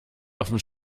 offen